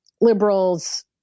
liberals